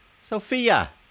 Sophia